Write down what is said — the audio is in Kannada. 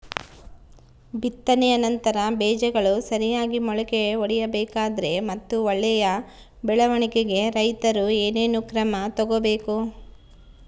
ಬಿತ್ತನೆಯ ನಂತರ ಬೇಜಗಳು ಸರಿಯಾಗಿ ಮೊಳಕೆ ಒಡಿಬೇಕಾದರೆ ಮತ್ತು ಒಳ್ಳೆಯ ಬೆಳವಣಿಗೆಗೆ ರೈತರು ಏನೇನು ಕ್ರಮ ತಗೋಬೇಕು?